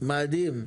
מדהים.